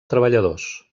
treballadors